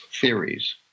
theories